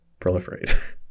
proliferate